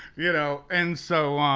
you know, and so,